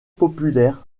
populaires